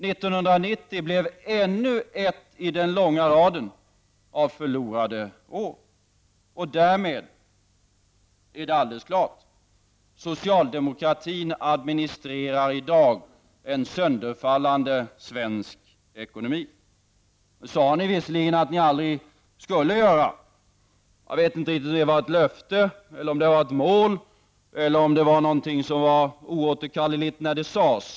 1990 blev ännu ett i den långa raden av förlorade år. Därmed är det alldeles klart: socialdemokratin administrerar i dag en sönderfallande svensk ekonomi. Det sade regeringen visserligen att den aldrig skulle göra. Jag vet inte riktigt om det var ett löfte, ett mål eller någonting som var oåterkalleligt när det sades.